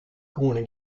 koene